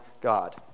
God